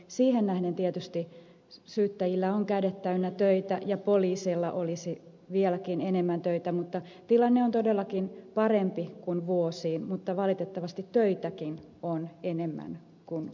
siihen nähden tietysti syyttäjillä on kädet täynnä töitä ja poliiseilla olisi vieläkin enemmän töitä mutta tilanne on todellakin parempi kuin vuosiin mutta valitettavasti töitäkin on enemmän kuin aikoihin